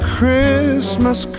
Christmas